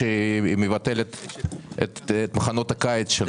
שהיא מבטלת את מחנות הקיץ שלה.